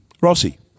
Rossi